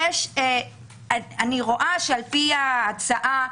לפי ההצעה,